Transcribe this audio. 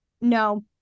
no